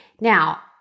Now